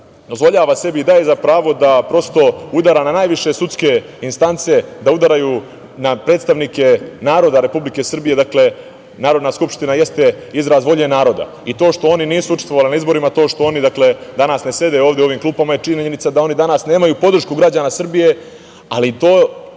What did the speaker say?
dozvoljava sebi i daje za pravo da udara na najviše sudske instance, da udaraju na predstavnike naroda Republike Srbije. Dakle, Narodna skupština jeste izraz volje naroda i to što oni nisu učestvovali na izborima, to što oni danas ne sede ovde u ovim klupama je činjenica da oni danas nemaju podršku građana Srbije, ali kažem